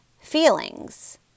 feelings